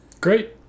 Great